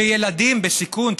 שילדים בסיכון,